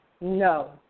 no